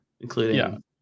including